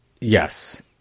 yes